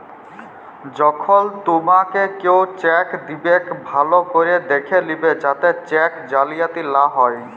যখল তুমাকে কেও চ্যাক দিবেক ভাল্য ক্যরে দ্যাখে লিবে যাতে চ্যাক জালিয়াতি লা হ্যয়